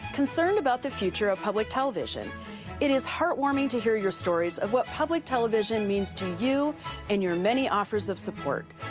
concerned about the future of public television it is heart warming to hear yourstories of what public television means to you and yourmany offers of support.